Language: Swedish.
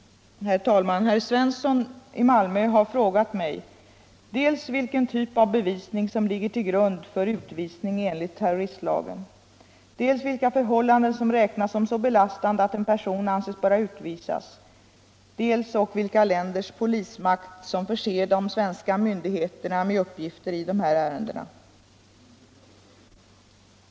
Herr talman! Herr Svensson i Malmö har frågat mig dels vilken typ av bevisning som ligger till grund för utvisning enligt terroristlagen, dels vilka förhållanden som räknas som så belastande att en person anses böra utvisas, dels ock vilka länders polismakt som förser de svenska myndigheterna med uppgifter i dessa ärenden.